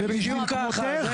זה בשביל כמותך.